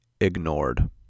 ignored